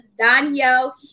Danielle